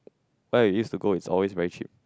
where we used to go is always very cheap